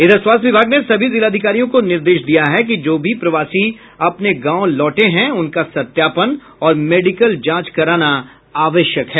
इधर स्वास्थ्य विभाग ने सभी जिलाधिकारियों को निर्देश दिया है कि जो भी प्रवासी अपने गांव लौटे हैं उनका सत्यापन और मेडिकल जांच कराना आवश्यक है